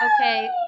Okay